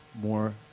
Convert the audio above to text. more